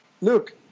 Look